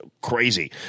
crazy